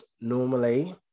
normally